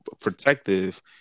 protective